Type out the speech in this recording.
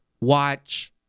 watch